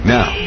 Now